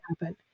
happen